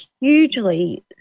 hugely